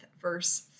verse